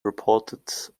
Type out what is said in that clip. reported